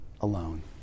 alone